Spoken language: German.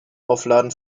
aufladen